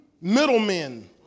middlemen